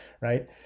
right